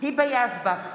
היבה יזבק,